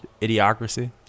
Idiocracy